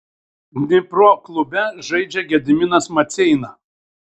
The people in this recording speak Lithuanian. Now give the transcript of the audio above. dnipro klube žaidžia gediminas maceina